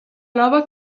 nova